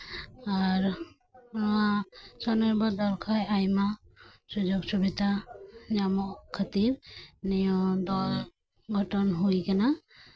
ᱟᱨ ᱱᱚᱣᱟ ᱥᱚᱱᱤᱨᱵᱷᱚᱨ ᱫᱚᱞ ᱠᱷᱚᱡ ᱟᱭᱢᱟ ᱥᱩᱡᱳᱜ ᱥᱩᱵᱤᱫᱷᱟ ᱧᱟᱢᱚᱜ ᱠᱷᱟᱛᱤᱨ ᱱᱤᱭᱟᱹ ᱫᱚᱞ ᱜᱚᱴᱷᱚᱱ ᱦᱩᱭ ᱟᱠᱟᱱᱟ